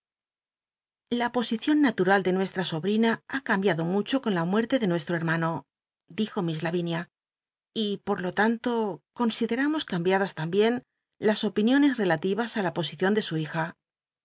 a posicíon natural de nuestrn sobrina ha cambiado mucho con la muerte de nuestro hermano dijo miss lavinia y por lo ta nto consideramos cambiadas tambien las opiniones relativas ü la posicion de su hija